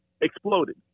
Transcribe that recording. exploded